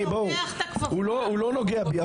הוא לא נוגע בי,